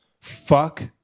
Fuck